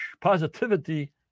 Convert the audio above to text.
positivity